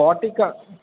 ఫార్టీకా